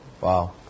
Wow